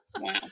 Wow